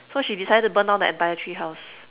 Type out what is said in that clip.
so she decided to burn down the entire treehouse